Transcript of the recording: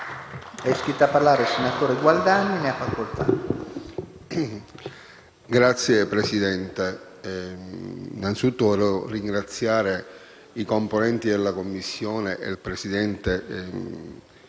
Signor Presidente, innanzitutto vorrei ringraziare i componenti della Commissione e il Presidente